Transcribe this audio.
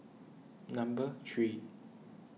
number three